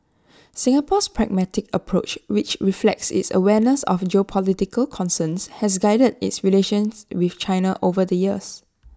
Singapore's pragmatic approach which reflects its awareness of geopolitical concerns has guided its relations with China over the years